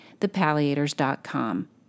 thepalliators.com